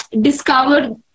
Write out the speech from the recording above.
discover